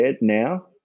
now